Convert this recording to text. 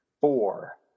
four